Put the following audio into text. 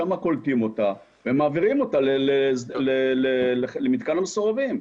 שם קולטים אותה ומעבירים אותה למתקן המסורבים.